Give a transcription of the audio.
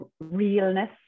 realness